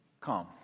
come